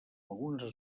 algunes